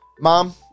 Mom